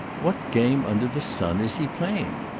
what game under the sun is he playing?